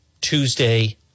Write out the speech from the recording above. Tuesday